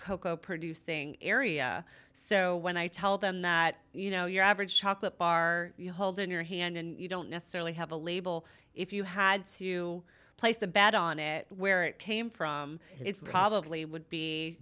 cocoa producing area so when i tell them that you know your average chocolate bar you hold in your hand and you don't necessarily have a label if you had to place a bet on it where it came from it probably would be